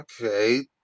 Okay